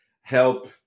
help